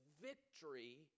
victory